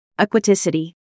Aquaticity